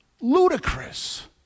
ludicrous